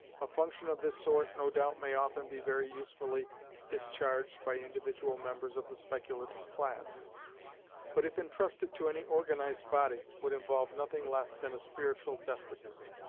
a function of this sort, no doubt, may often be very usefully discharged by individual members of the speculative class but if entrusted to any organized body, would involve nothing less than a spiritual despotism.